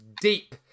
deep